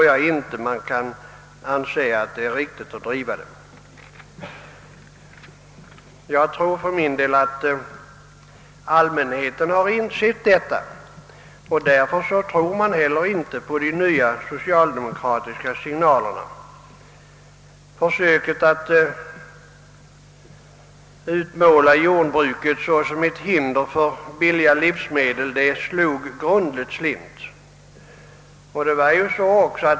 Jag tror att det inte är riktigt att driva denna sak snabbare, vilket även allmänheten torde ha insett, och därför tror den inte heller på de nya socialdemokratiska signalerna. Försöket att utmåla jordbruket såsom ett hinder för billiga livsmedel slog grundligt slint.